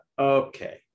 okay